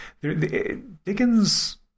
Dickens